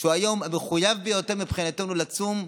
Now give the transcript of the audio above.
שהוא היום המחויב ביותר מבחינתנו לצום,